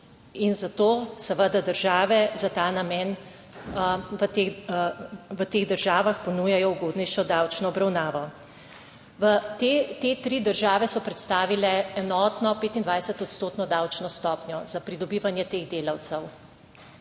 in zato seveda države za ta namen v teh državah ponujajo ugodnejšo davčno obravnavo. Te tri države so predstavile enotno 25-ostotno davčno stopnjo za pridobivanje teh delavcev.